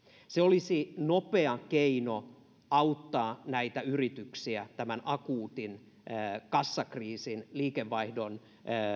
se olisi nopea keino auttaa yrityksiä tämän akuutin kassakriisin liikevaihdon